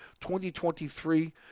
2023